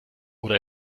oder